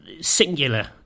singular